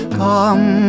come